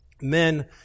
men